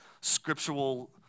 scriptural